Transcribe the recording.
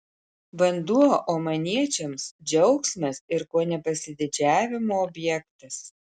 vanduo omaniečiams džiaugsmas ir kone pasididžiavimo objektas